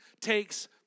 takes